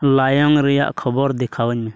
ᱞᱟᱭᱚᱝ ᱨᱮᱭᱟᱜ ᱠᱷᱚᱵᱚᱨ ᱫᱮᱠᱷᱟᱣᱟᱹᱧ ᱢᱮ